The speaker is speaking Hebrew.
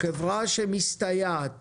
חברה שמסתייעת